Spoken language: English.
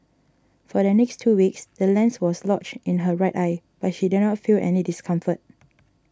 for the next two weeks the lens was lodged in her right eye but she did not feel any discomfort